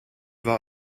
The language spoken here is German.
war